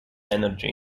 energy